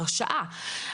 בהרשעה, חלילה.